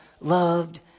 loved